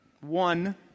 One